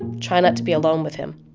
try not to be alone with him.